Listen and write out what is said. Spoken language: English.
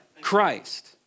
Christ